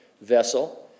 vessel